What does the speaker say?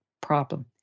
problem